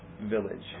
Village